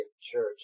church